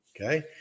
okay